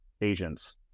agents